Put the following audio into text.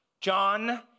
John